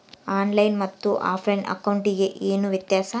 On line ಮತ್ತೆ offline ಅಕೌಂಟಿಗೆ ಏನು ವ್ಯತ್ಯಾಸ?